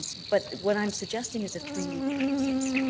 but what i'm suggesting is a three-week process,